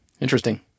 Interesting